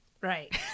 Right